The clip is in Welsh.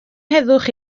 heddwch